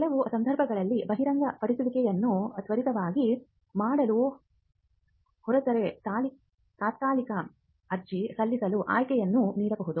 ಕೆಲವು ಸಂದರ್ಭಗಳಲ್ಲಿ ಬಹಿರಂಗಪಡಿಸುವಿಕೆಯನ್ನು ತ್ವರಿತವಾಗಿ ಮಾಡಲು ಹೊರಟರೆ ತಾತ್ಕಾಲಿಕ ಅರ್ಜಿ ಸಲ್ಲಿಸಲು ಆಯ್ಕೆಯನ್ನು ನೀಡಬಹುದು